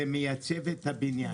זה מייצב את הבניין.